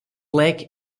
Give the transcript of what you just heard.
lake